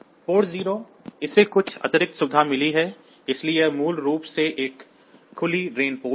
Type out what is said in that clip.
port 0 इसे कुछ अतिरिक्त सुविधा मिली है इसलिए यह मूल रूप से एक खुली drain पोर्ट है